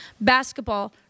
basketball